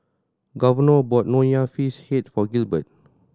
Governor bought Nonya Fish Head for Gilbert